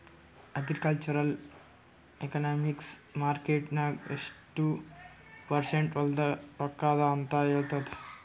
agricultural economics market ನಾಗ್ ಎಷ್ಟ percent ಹೊಲಾದು ರೊಕ್ಕಾ ಅದ ಅಂತ ಹೇಳ್ತದ್